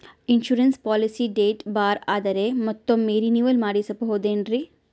Insurance policy date ಬಾರ್ ಆದರೆ ಮತ್ತೊಮ್ಮೆ ರಿನಿವಲ್ ಮಾಡಿಸಬಹುದೇ ಏನ್ರಿ?